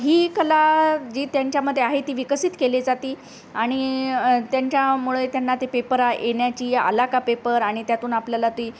ही कला जी त्यांच्यामध्ये आहे ती विकसित केली जाते आणि त्यांच्यामुळे त्यांना ते पेपर येण्याची आला का पेपर आणि त्यातून आपल्याला ती